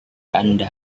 anda